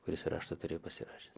kuris raštą turėjo pasirašęs